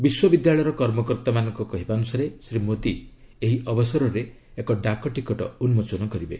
ବିଶ୍ୱବିଦ୍ୟାଳୟର କର୍ମକର୍ତ୍ତାମାନଙ୍କ କହିବା ଅନୁସାରେ ଶ୍ରୀ ମୋଦି ଏହି ଅବସରରେ ଏକ ଡାକଟିକଟ ଉନ୍କୋଚନ କରିବେ